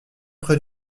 près